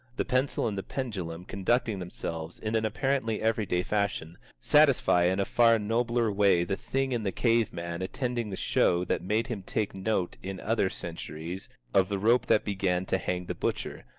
the pencil and the pendulum conducting themselves in an apparently everyday fashion, satisfy in a far nobler way the thing in the cave-man attending the show that made him take note in other centuries of the rope that began to hang the butcher,